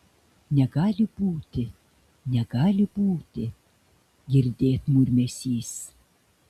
negali būti negali būti girdėt murmesys